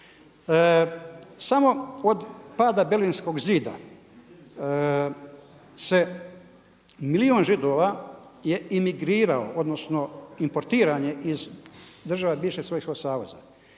Samo od pada Berlinskog zida se milijun Židova je imigriralo, odnosno importiran je iz država bivšeg SS-a.